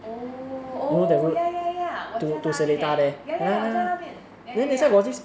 oh oh ya ya ya 我家在那边 leh ya ya ya 我家那边 ya ya ya